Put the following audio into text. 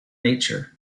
nature